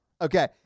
Okay